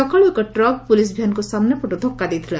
ସକାଳୁ ଏକ truck police ଭ୍ୟାନ୍କୁ ସାମ୍ନାପଟୁ ଧକ୍କା ଦେଇଥିଲା